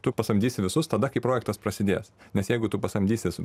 tu pasamdysi visus tada kai projektas prasidės nes jeigu tu pasamdysi su